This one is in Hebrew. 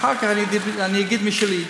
אחר כך אגיד משלי,